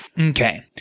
Okay